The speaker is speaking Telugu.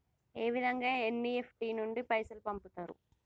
ఏ విధంగా ఎన్.ఇ.ఎఫ్.టి నుండి పైసలు పంపుతరు?